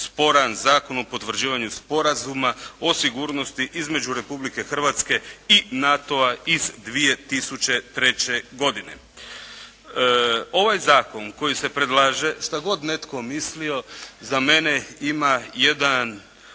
sporan Zakon o potvrđivanju Sporazuma o sigurnosti između Republike Hrvatske i NATO-a iz 2003. godine. Ovaj zakon koji se predlaže šta god netko mislio, za mene ima jedan